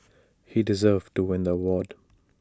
he deserved to win the award